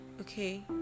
Okay